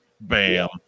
Bam